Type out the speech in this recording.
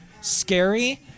scary